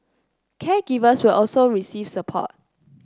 caregivers will also receive support